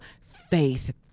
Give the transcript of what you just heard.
Faith